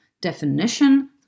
definition